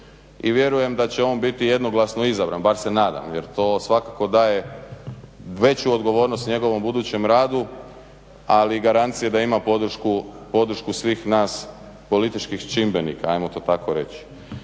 i vjerujem da će on biti jednoglasno izabran, bar se nadam jer to svakako daje veću odgovornost njegovom budućem radu, ali garancija da ima podršku svih nas političkih čimbenika, ajmo to tako reći.